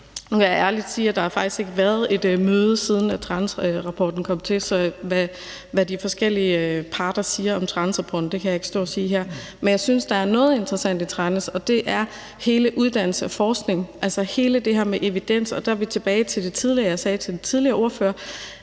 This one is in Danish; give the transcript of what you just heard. Jeg må ærligt sige, at der faktisk ikke har været et møde, siden Tranæsrapporten kom, så hvad de forskellige parter siger om Tranæsrapporten, kan jeg ikke stå og sige her. Men jeg synes, der er noget interessant i Tranæsrapporten, og det er hele det med uddannelse og forskning i forhold til evidens, og der er vi tilbage til det, jeg sagde til den tidligere ordfører,